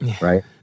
right